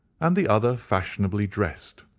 and the other fashionably dressed,